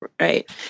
Right